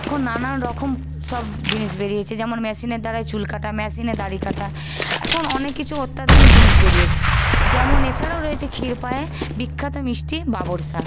এখন নানানরকম সব জিনিস বেরিয়েছে যেমন মেশিনের দ্বারায় চুল কাটা মেশিনে দাড়ি কাটা এখন অনেককিছু অত্যাধুনিক জিনিস বেরিয়েছে যেমন এছাড়াও রয়েছে ক্ষীরপাইয়ের বিখ্যাত মিষ্টি বাবরশা